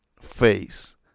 face